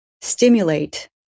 stimulate